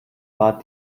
war